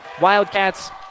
Wildcats